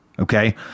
Okay